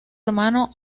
hermano